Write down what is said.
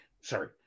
Sorry